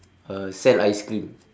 uh sell ice cream